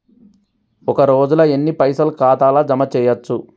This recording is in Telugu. ఒక రోజుల ఎన్ని పైసల్ ఖాతా ల జమ చేయచ్చు?